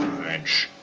french,